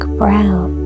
brown